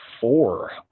four